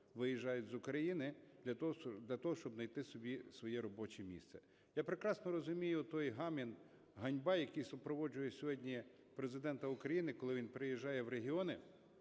виїжджають з України для того, щоб знайти собі своє робоче місце. Я прекрасно розумію той гомін "Ганьба!", який супроводжує сьогодні Президента України, коли він приїжджає в регіони